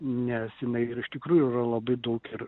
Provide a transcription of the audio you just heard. nes jinai iš tikrųjų yra labai daug ir